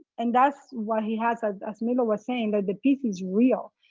and that's what he has, as as milo was saying, that the piece is real.